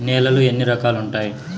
నేలలు ఎన్ని రకాలు వుండాయి?